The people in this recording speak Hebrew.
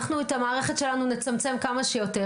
אנחנו נצמצם את המערכת שלנו כמה שיותר,